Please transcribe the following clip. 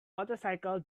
motorcycle